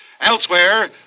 Elsewhere